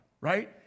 right